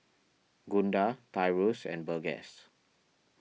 Gunda Tyrus and Burgess